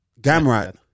Gamrat